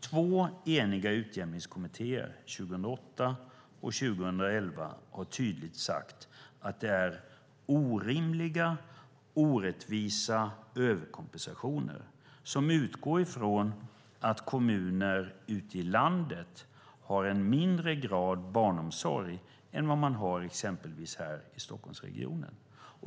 Två eniga utjämningskommittéer, år 2008 och 2011, har tydligt sagt att det är orimliga, orättvisa överkompensationer som utgår från att kommuner ute i landet har en mindre grad av barnomsorg än vad man har exempelvis här i Stockholmsregionen.